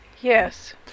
yes